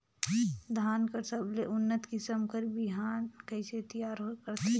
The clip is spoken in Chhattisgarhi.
धान कर सबले उन्नत किसम कर बिहान कइसे तियार करथे?